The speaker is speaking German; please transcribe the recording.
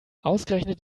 ausgerechnet